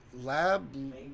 lab